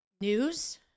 News